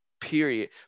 period